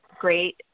great